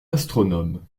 astronome